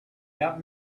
got